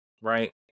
right